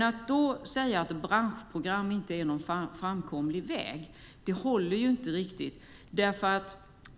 Att då säga att branschprogram inte är någon framkomlig väg håller inte.